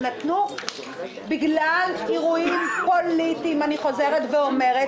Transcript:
אני אבקש לשמוע מהיועץ המשפטי לממשלה אם חוות דעתו דאז